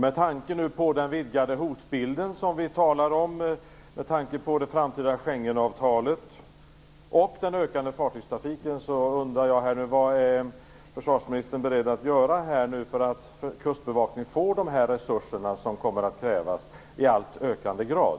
Med tanke på den vidgade hotbild som vi talar om genom det framtida Schengenavtalet och den ökande fartygstrafiken undrar jag: Vad är försvarsministern beredd att göra för att Kustbevakningen skall få de resurser som kommer att krävas i allt högre grad?